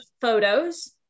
photos